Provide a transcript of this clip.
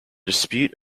dispute